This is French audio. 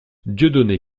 dieudonné